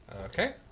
Okay